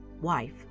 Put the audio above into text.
wife